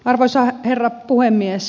arvoisa herra puhemies